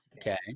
Okay